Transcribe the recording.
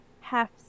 half